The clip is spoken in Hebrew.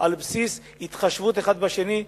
על בסיס התחשבות אחד בשני,